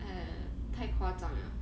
uh 太夸张 liao